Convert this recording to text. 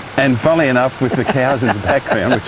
and funnily enough with the cows in the background,